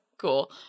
cool